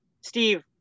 Steve